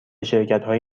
شرکتهایی